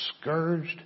scourged